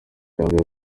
janvier